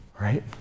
Right